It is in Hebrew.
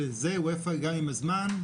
ואופ"א אמרה עם הזמן,